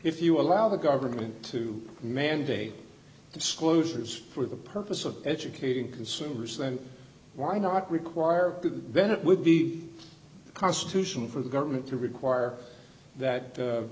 if you allow the government to mandate disclosures for the purpose of educating consumers then why not require good then it would be constitution for the government to require that